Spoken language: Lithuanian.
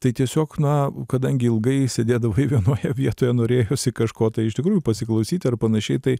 tai tiesiog na kadangi ilgai sėdėdavai vienoje vietoje norėjosi kažko tai iš tikrųjų pasiklausyti ar panašiai tai